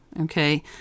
okay